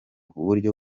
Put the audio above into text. buryo